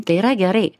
tai yra gerai